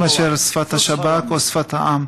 מאשר שפת השב"כ או שפת העם.